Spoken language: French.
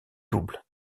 double